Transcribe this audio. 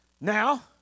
Now